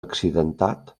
accidentat